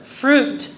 fruit